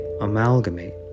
amalgamate